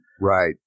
Right